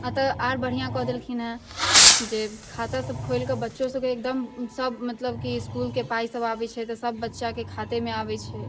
एतऽ आर बढ़िऑं कऽ देलखिन हेँ जे खाता सभ खोलिके बच्चो सभके एकदम सभ मतलब कि इसकुलके पाइ सभ आबै छै तऽ सभ बच्चाके खातेमे आबै छै